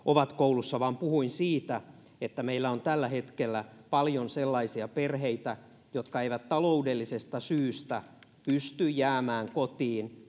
ovat koulussa vaan puhuin siitä että meillä on tällä hetkellä paljon sellaisia perheitä jotka eivät taloudellisesta syystä pysty jäämään kotiin